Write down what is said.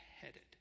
headed